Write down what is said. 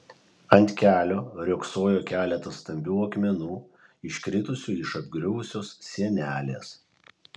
ant kelio riogsojo keletas stambių akmenų iškritusių iš apgriuvusios sienelės